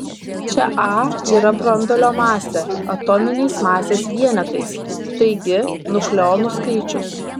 čia a yra branduolio masė atominiais masės vienetais taigi nukleonų skaičius